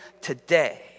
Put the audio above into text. today